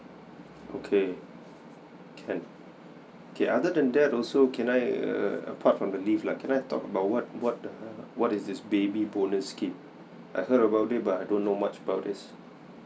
okay can okay other than that also can I err apart from the leave lah can I talk about what what err what is this baby bonus scheme I heard about it but I don't know much about this